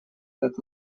как